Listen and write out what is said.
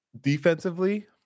defensively